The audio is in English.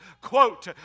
quote